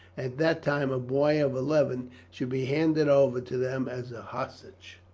at that time a boy of eleven, should be handed over to them as a hostage.